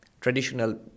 traditional